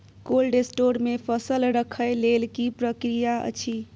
Cold store मे फसल रखय लेल की प्रक्रिया अछि?